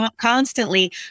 constantly